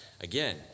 again